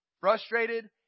frustrated